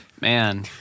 man